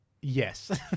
Yes